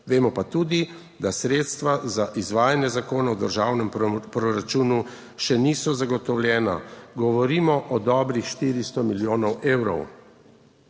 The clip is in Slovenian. Vemo pa tudi, da sredstva za izvajanje zakona o državnem proračunu še niso zagotovljena - govorimo o dobrih 400 milijonov evrov.